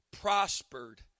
prospered